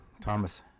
Thomas